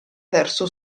verso